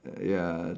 err ya